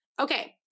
Okay